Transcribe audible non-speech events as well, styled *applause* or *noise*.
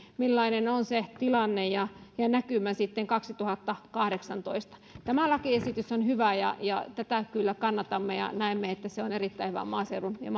millainen on se tilanne ja näkymä sitten kaksituhattakahdeksantoista tämä lakiesitys on hyvä ja ja tätä kyllä kannatamme ja näemme että se on erittäin hyvä maaseudulle ja *unintelligible*